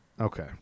okay